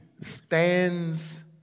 stands